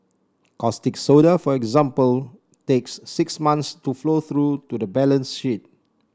caustic soda for example takes six months to flow through to the balance sheet